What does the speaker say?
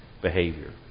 behavior